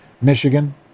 Michigan